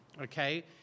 okay